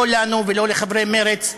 לא לנו ולא לחברי מרצ,